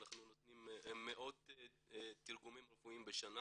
אנחנו נותנים מאות תרגומים רפואיים בשנה,